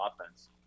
offense